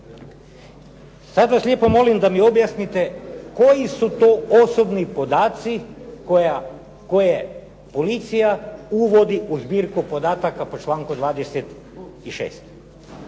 Sad vas lijepo molim da mi objasnite koji su to osobni podaci koje policija uvodi u zbirku podataka po članku 26.?